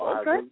Okay